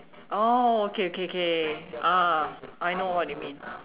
oh okay okay ah I know what you mean